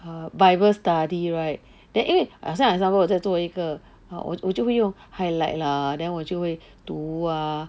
err bible study right then 因为好像 for example 我再做一个好我我就会用 highlight lah then 我就会读 ah